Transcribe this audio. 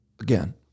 again